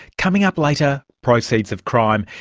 coming up later, proceeds of crime.